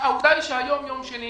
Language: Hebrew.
העובדה היא שהיום יום שני